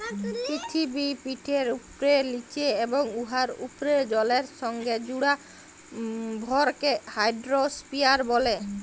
পিথিবীপিঠের উপ্রে, লিচে এবং উয়ার উপ্রে জলের সংগে জুড়া ভরকে হাইড্রইস্ফিয়ার ব্যলে